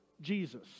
Jesus